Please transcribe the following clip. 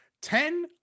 ten